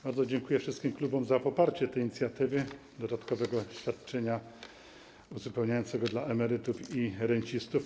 Bardzo dziękuję wszystkim klubom za poparcie tej inicjatywy dodatkowego świadczenia uzupełniającego dla emerytów i rencistów.